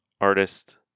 artist